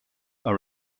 are